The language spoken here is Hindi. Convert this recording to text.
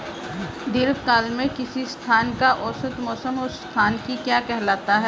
दीर्घकाल में किसी स्थान का औसत मौसम उस स्थान की क्या कहलाता है?